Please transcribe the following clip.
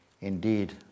indeed